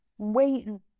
waiting